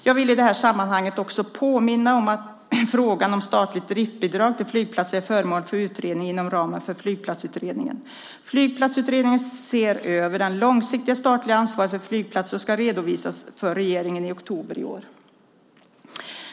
Jag vill i det här sammanhanget också påminna om att frågan om statligt driftsbidrag till flygplatser är föremål för utredning inom ramen för Flygplatsutredningen. Flygplatsutredningen ser över det långsiktiga statliga ansvaret för flygplatser och ska redovisas för regeringen i oktober i år.